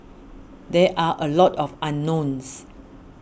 there are a lot of unknowns